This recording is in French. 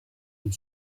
une